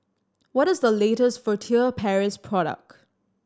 what is the latest Furtere Paris product